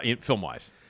film-wise